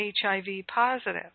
HIV-positive